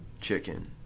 chicken